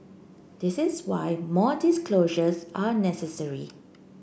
this is why more disclosures are necessary